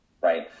right